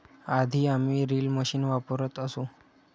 आधी आम्ही reel machine वापरत असू